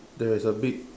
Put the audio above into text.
there is a big